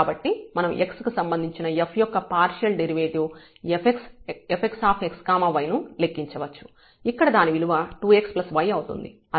కాబట్టి మనం x కి సంబంధించిన f యొక్క పార్షియల్ డెరివేటివ్ fxx yను లెక్కించవచ్చు ఇక్కడ దాని విలువ 2x y అవుతుంది